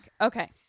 okay